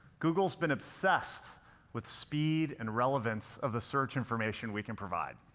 google's been obsessed with speed and relevance of the search information we can provide.